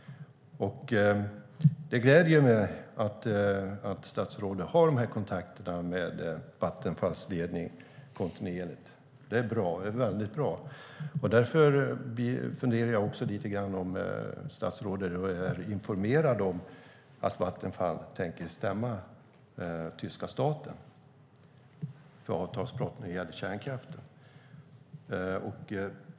Det gläder mig att statsrådet kontinuerligt har kontakterna med Vattenfalls ledning. Det är mycket bra. Därför undrar jag om statsrådet är informerad om att Vattenfall tänker stämma tyska staten för avtalsbrott när det gäller kärnkraften.